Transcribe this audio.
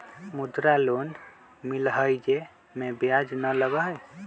मुद्रा लोन मिलहई जे में ब्याज न लगहई?